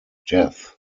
death